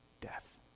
death